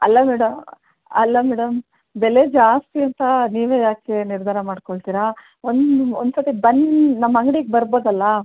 ಅಲ್ಲ ಮೇಡ ಅಲ್ಲ ಮೇಡಮ್ ಬೆಲೆ ಜಾಸ್ತಿ ಅಂತ ನೀವೇ ಯಾಕೆ ನಿರ್ಧಾರ ಮಾಡಿಕೊಳ್ತೀರ ಒಂದು ಒಂದು ಸರ್ತಿ ಬಂದು ನಮ್ಮ ಅಂಗ್ಡಿಗೆ ಬರ್ಬೋದಲ್ಲ